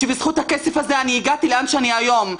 שבזכות הכסף הזה הגעתי לאן שאני היום.